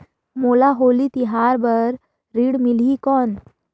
मोला होली तिहार बार ऋण मिलही कौन?